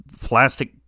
plastic